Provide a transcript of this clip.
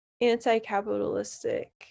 anti-capitalistic